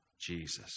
Jesus